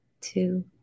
two